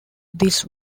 this